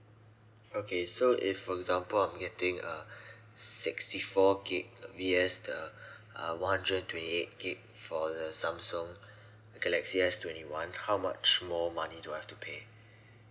okay so if for example I'm getting a sixty four gig V_S the uh one hundred and twenty eight gig for the samsung galaxy S twenty one how much more money do I have to pay